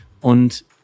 und